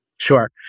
Sure